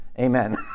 Amen